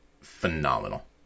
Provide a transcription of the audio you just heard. phenomenal